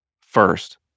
First